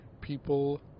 people